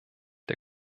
der